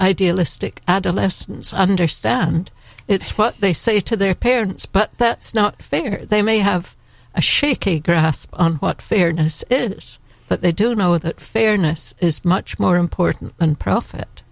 idealistic adolescents understand it's what they say to their parents but that's not fair they may have a shaky grasp on what fairness is but they do know that fairness is much more important than profit